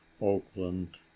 oakland